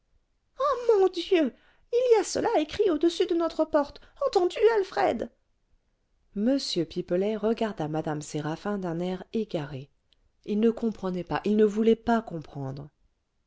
ah mon dieu il y a cela écrit au-dessus de notre porte entends-tu alfred m pipelet regarda mme séraphin d'un air égaré il ne comprenait pas il ne voulait pas comprendre